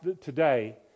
today